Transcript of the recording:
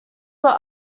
were